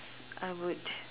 I would